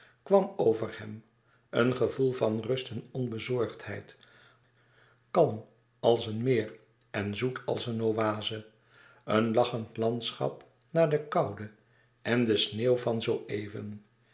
kwam over hem een gevoel van rust en onbezorgdheid kalm als een meer en zoet als een oase een lachend landschap na de koude en de sneeuw van zoo even